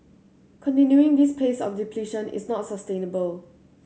continuing this pace of depletion is not sustainable